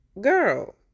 Girl